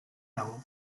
dago